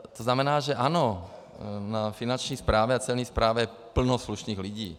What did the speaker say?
To znamená, že ano, na finanční správě a celní správě je plno slušných lidí.